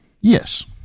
yes